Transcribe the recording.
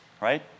right